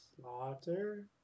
slaughter